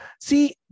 see